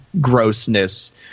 grossness